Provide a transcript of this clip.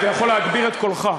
אתה יכול להגביר את קולך?